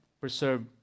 preserve